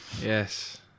Yes